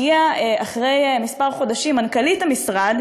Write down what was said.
הגיעה אחרי כמה חודשים מנכ"לית המשרד,